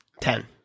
Ten